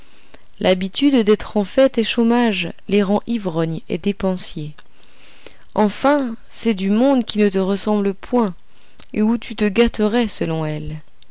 l'habitude d'être en fête et chômage les rend ivrognes et dépensiers enfin c'est du monde qui ne te ressemble point et où tu te gâterais selon elle